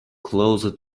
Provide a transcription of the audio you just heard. closer